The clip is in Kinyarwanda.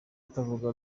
utavuga